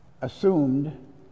assumed